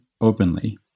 openly